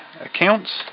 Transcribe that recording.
accounts